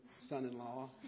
son-in-law